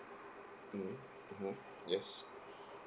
mmhmm mmhmm yes